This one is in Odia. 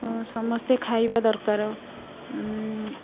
ସମସ୍ତେ ଖାଇବା ଦରକାର